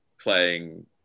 playing